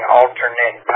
alternate